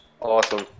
Awesome